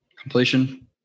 completion